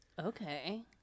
Okay